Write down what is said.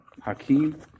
hakeem